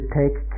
take